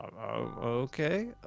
okay